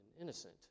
innocent